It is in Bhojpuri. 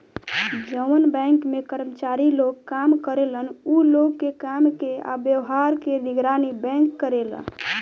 जवन बैंक में कर्मचारी लोग काम करेलन उ लोग के काम के आ व्यवहार के निगरानी बैंक करेला